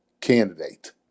candidate